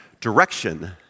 Direction